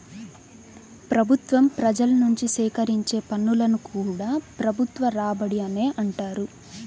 ప్రభుత్వం ప్రజల నుంచి సేకరించే పన్నులను కూడా ప్రభుత్వ రాబడి అనే అంటారు